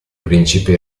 principe